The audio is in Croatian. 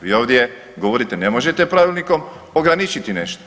Vi ovdje govorite ne možete pravilnikom ograničiti nešto.